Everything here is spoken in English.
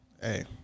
Hey